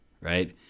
right